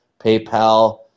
PayPal